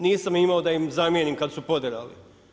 Nisam imao da im zamijenim kad su poderali.